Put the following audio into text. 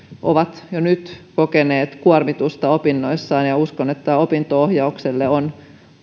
ovat jo nyt kokeneet kuormitusta opinnoissaan ja uskon että opinto ohjaukselle on